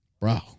bro